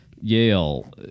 yale